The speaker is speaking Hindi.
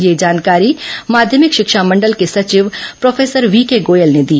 यह जानकारी माध्यमिक शिक्षा मंडल के सचिव प्रोफेसर व्हीके गोयल ने दी